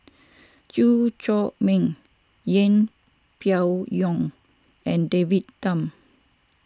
Chew Chor Meng Yeng Pway Ngon and David Tham